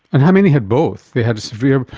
and how many had both, they had a severe,